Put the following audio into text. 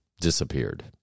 disappeared